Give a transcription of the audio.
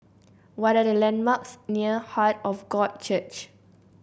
what are the landmarks near Heart of God Church